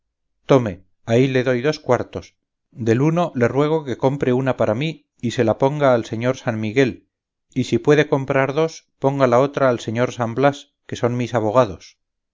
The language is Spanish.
tome ahí le doy dos cuartos del uno le ruego que compre una para mí y se la ponga al señor san miguel y si puede comprar dos ponga la otra al señor san blas que son mis abogados